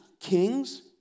kings